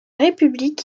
république